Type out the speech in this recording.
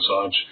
massage